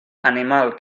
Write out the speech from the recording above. animal